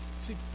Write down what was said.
See